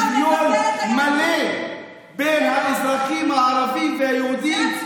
הסכם החלוקה דיבר על שוויון מלא בין האזרחים הערבים ליהודים,